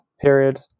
period